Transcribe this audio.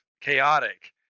chaotic